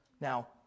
Now